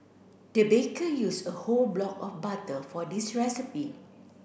the baker used a whole block of butter for this recipe